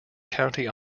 county